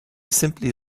simply